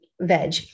veg